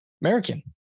American